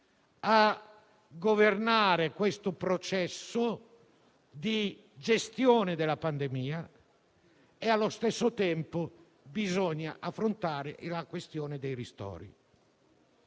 a governare il processo di gestione della pandemia e, allo stesso tempo, affrontare la questione dei ristori.